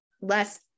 less